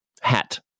Hat